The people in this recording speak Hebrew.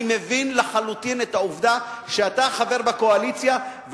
אני מבין לחלוטין את העובדה שאתה חבר בקואליציה,